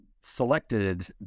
selected